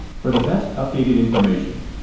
for the best updated information,